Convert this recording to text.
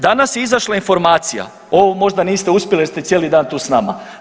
Danas je izašla informacija ovo možda niste uspjeli, jer ste cijeli dan tu sa nama.